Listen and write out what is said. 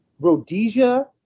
rhodesia